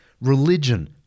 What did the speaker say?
religion